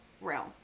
realm